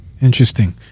Interesting